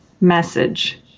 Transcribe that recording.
message